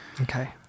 Okay